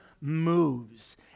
moves